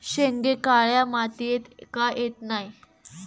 शेंगे काळ्या मातीयेत का येत नाय?